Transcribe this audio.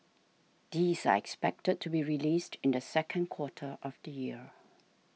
these are expected to be released in the second quarter of the year